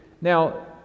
Now